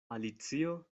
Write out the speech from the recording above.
alicio